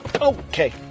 Okay